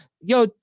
Yo